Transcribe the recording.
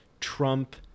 Trump